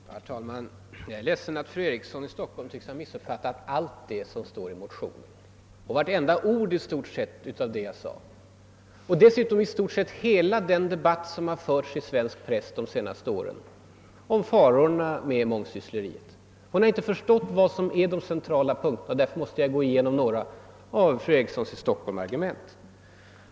Herr talman! Jag är ledsen att fru Eriksson i Stockholm tycks ha missuppfattat allt som står i motionen, nästan vartenda ord av vad jag sade och dessutom i stort sett hela den debatt som har förts i svensk press de senaste åren om farorna med mångsyssleri. Hon har inte förstått vad som är de centrala punkterna. Därför måste jag gå igenom en del av hennes argument.